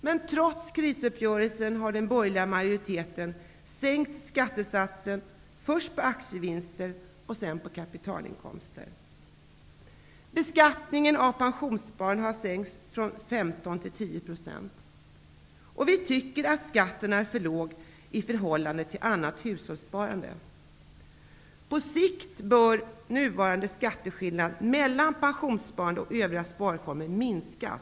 Men trots krisuppgörelsen har den borgerliga majoriteten sänkt skattesatsen, först på aktievinster och sedan på kapitalinkomster. Beskattningen av pensionssparandet har sänkts från 15 % till 10 %. Vi tycker att skatten i förhållande till annat hushållssparande är för låg. På sikt bör nuvarande skatteskillnad mellan pensionssparande och övriga sparformer minskas.